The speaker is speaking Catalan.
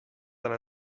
tant